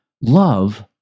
Love